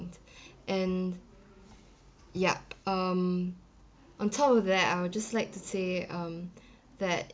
and ya um on top of that I would just like to say um that